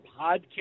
podcast